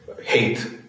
hate